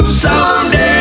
someday